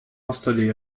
installé